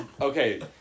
okay